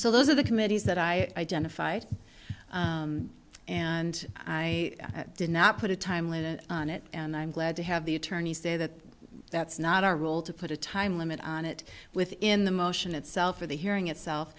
so those are the committees that i den a fight and i did not put a time limit on it and i'm glad to have the attorneys say that that's not our role to put a time limit on it within the motion itself or the hearing itself